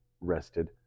rested